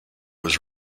was